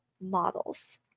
models